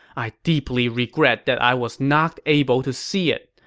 i deeply regret that i was not able to see it.